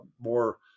more